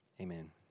amen